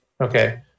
okay